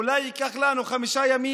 אולי ייקח לנו חמישה ימים.